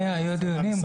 היו דיונים,